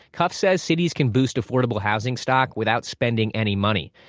cuff says cities can boost affordable housing stock without spending any money.